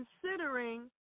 considering